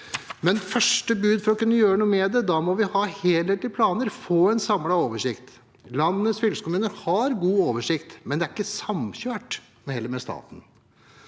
Første bud for å kunne gjøre noe med det, er at vi må ha helhetlige planer og få en samlet oversikt. Landets fylkeskommuner har god oversikt, men det er ikke samkjørt med staten.